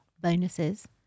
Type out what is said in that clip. bonuses